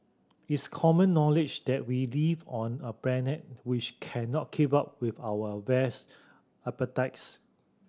it's common knowledge that we live on a planet which cannot keep up with our vast appetites